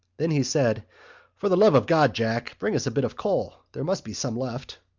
then he said for the love of god, jack, bring us a bit of coal. there must be some left.